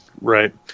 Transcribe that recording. Right